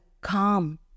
calm